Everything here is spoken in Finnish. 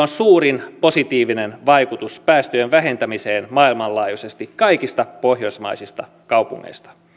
on suurin positiivinen vaikutus päästöjen vähentämiseen maailmanlaajuisesti kaikista pohjoismaisista kaupungeista